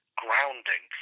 grounding